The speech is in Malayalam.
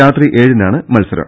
രാത്രി ഏഴിനാണ് മത്സരം